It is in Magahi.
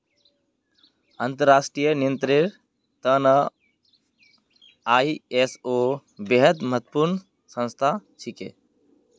अंतर्राष्ट्रीय नियंत्रनेर त न आई.एस.ओ बेहद महत्वपूर्ण संस्था छिके